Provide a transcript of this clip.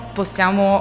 possiamo